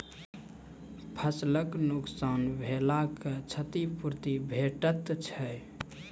फसलक नुकसान भेलाक क्षतिपूर्ति भेटैत छै?